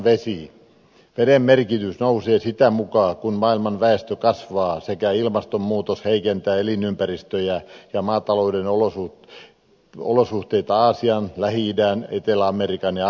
veden merkitys nousee sitä mukaa kun maailman väestö kasvaa sekä ilmastonmuutos heikentää elinympäristöjä ja maatalouden olosuhteita aasian lähi idän etelä amerikan ja afrikan maissa